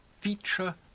feature